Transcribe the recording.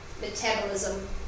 metabolism